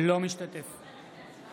אינו משתתף בהצבעה